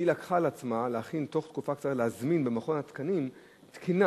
שלקחה על עצמה להכין בתוך תקופה קצרה ולהזמין במכון התקנים תקינה